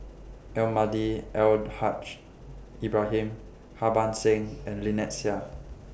Almahdi Al Haj Ibrahim Harbans Singh and Lynnette Seah